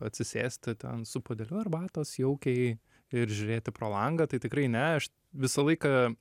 atsisėsti ten su puodeliu arbatos jaukiai ir žiūrėti pro langą tai tikrai ne aš visą laiką